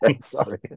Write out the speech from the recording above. sorry